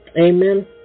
Amen